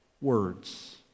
words